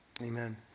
Amen